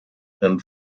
and